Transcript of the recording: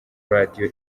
radio